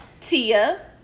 Tia